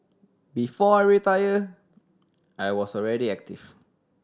before I retired I was already active